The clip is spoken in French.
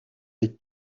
les